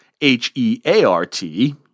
H-E-A-R-T